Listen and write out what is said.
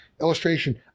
illustration